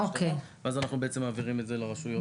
ואז אנחנו מעבירים את זה לרשויות.